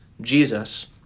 Jesus